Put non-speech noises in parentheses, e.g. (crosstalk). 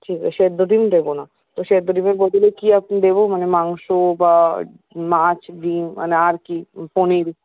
ঠিক আছে সেদ্ধ ডিম দেব না তো সেদ্ধ ডিমের বদলে কী (unintelligible) দেব মানে মাংস বা মাছ ডিম মানে আর কী পনির